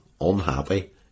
unhappy